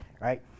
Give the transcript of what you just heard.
right